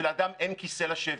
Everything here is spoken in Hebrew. שלאדם אין כיסא לשבת.